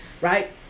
Right